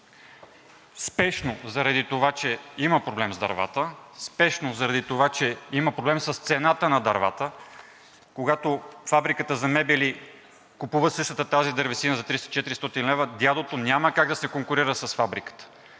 спешно, заради това че има проблем с дървата; спешно, заради това че има проблем с цената на дървата. Когато фабриката за мебели купува същата тази дървесина за 300 – 400 лв., дядото няма как да се конкурира с фабриката.